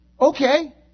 Okay